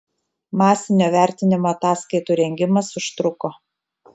masinio vertinimo ataskaitų rengimas užtruko